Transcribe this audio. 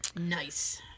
Nice